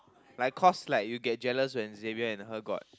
like cause like you get jealous when Xavier and her got